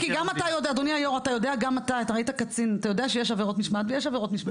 קצין אתה יודע שיש עבירות משמעת ויש עבירות משמעת.